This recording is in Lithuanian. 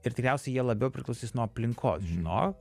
ir tikriausiai jie labiau priklausys nuo aplinkos žinok